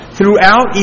Throughout